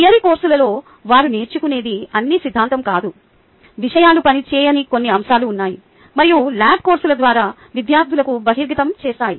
theory కోర్సులలో వారు నేర్చుకునేది అన్ని సిద్ధాంతం కాదు విషయాలు పనిచేయని కొన్ని అంశాలు ఉన్నాయి మరియు ల్యాబ్ కోర్సుల ద్వారా విద్యార్థులకు బహిర్గతం చేస్తాయి